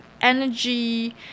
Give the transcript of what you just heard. energy